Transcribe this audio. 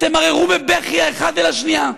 תמררו בבכי האחד אל השנייה,